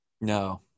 No